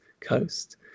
coast